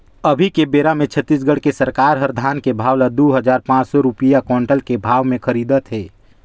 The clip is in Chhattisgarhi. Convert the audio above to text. अभी के बेरा मे छत्तीसगढ़ के सरकार हर धान के भाव ल दू हजार पाँच सौ रूपिया कोंटल के भाव मे खरीदत हे